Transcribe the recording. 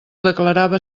declarava